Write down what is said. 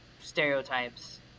stereotypes